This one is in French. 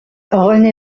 rené